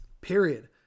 Period